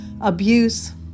Abuse